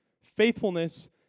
Faithfulness